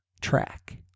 track